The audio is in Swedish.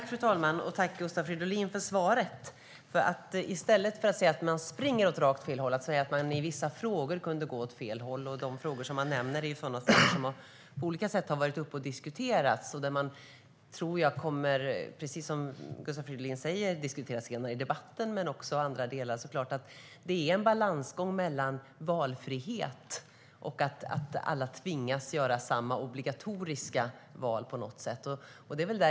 Fru talman! Tack, Gustav Fridolin, för svaret. I stället för att säga att man springer åt rakt fel håll säger utbildningsministern att man i vissa frågor kunde gå åt fel håll. De frågor han nämner är sådana som på olika sätt har varit uppe till diskussion och kommer, precis som Gustav Fridolin säger, att diskuteras senare, men det gäller också andra delar. Det är en balansgång mellan valfrihet och att alla tvingas göra samma obligatoriska val.